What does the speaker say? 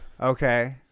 Okay